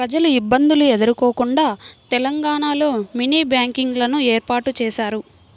ప్రజలు ఇబ్బందులు ఎదుర్కోకుండా తెలంగాణలో మినీ బ్యాంకింగ్ లను ఏర్పాటు చేశారు